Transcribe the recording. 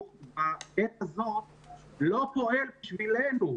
שבעת הזאת משרד החינוך לא פועל בשבילנו.